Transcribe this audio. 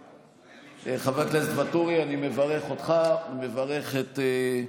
חבר הכנסת ואטורי, אני מברך אותך, אני מברך את,